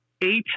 Eight